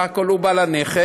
בסך הכול הוא בעל הנכס.